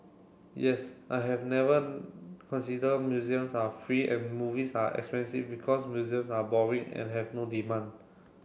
yes I have never consider museums are free and movies are expensive because museums are boring and have no demand